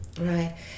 Right